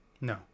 No